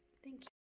thank